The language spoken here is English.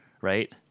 right